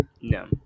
No